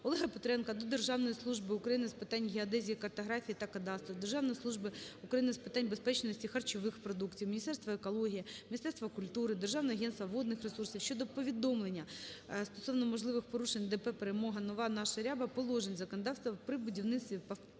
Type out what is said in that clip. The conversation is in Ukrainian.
Олега Петренка до Державної служби України з питань геодезії, картографії та кадастру, Державної служби України з питань безпечності харчових продуктів, Міністерства екології, Міністерства культури, Державного агентства водних ресурсів України щодо повідомлення стосовно можливих порушень ДП "Перемога Нова" ("Наша ряба") положень законодавства при будівництві птахофабрик